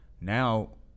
Now